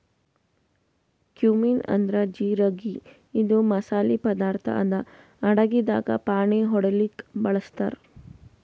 cumin ಅಂದ್ರ ಜಿರಗಿ ಇದು ಮಸಾಲಿ ಪದಾರ್ಥ್ ಅದಾ ಅಡಗಿದಾಗ್ ಫಾಣೆ ಹೊಡ್ಲಿಕ್ ಬಳಸ್ತಾರ್